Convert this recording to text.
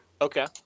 Okay